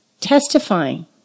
testifying